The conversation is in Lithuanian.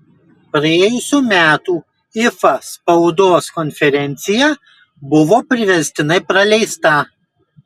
praėjusių metų ifa spaudos konferencija buvo priverstinai praleista